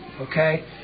Okay